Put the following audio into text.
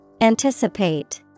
Anticipate